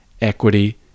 equity